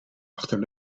achter